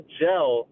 gel